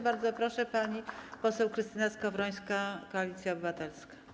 Bardzo proszę, pani poseł Krystyna Skowrońska, Koalicja Obywatelska.